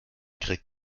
kriegt